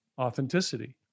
authenticity